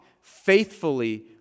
faithfully